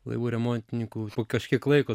laivų remontininku kažkiek laiko